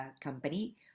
Company